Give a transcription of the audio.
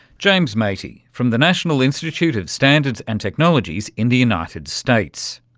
james matey from the national institute of standards and technologies in the united states.